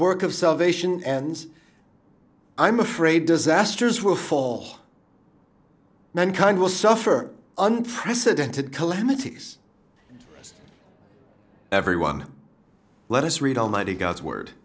work of salvation ends i'm afraid disasters will fall mankind will suffer unprecedented calamities every one let us read almighty god's word